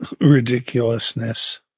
ridiculousness